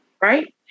right